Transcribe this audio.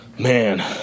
Man